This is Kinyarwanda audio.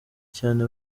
cyane